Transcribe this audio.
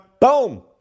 Boom